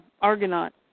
Argonaut